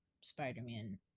Spider-Man